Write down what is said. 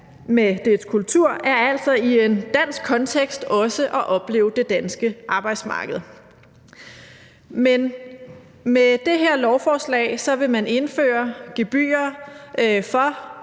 med dets kultur er altså i en dansk kontekst også at opleve det danske arbejdsmarked. Men med det her lovforslag vil man indføre gebyrer for